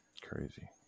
Crazy